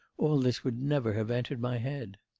all this would never have entered my head